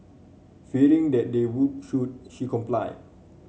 fearing that they would shoot she complied